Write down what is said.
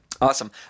Awesome